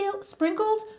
sprinkled